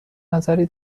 نظری